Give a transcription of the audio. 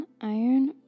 iron